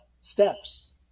steps